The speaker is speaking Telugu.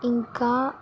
ఇంకా